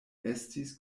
estis